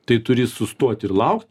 tai turi sustot ir laukt